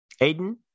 Aiden